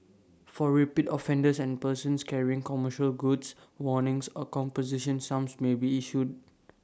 for repeat offenders and persons carrying commercial goods warnings or composition sums may be issued